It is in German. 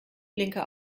blinker